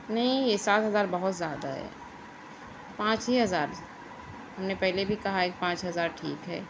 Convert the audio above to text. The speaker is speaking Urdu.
نہیں یہ سات ہزار بہت زیادہ ہے پانچ ہی ہزار ہم نے پہلے بھی کہا ہے پانچ ہزار ٹھیک ہے